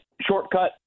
shortcut